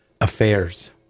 affairs